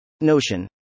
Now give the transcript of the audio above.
Notion